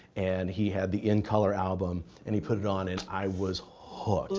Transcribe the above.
and he had the in color album, and he put it on, and i was hooked.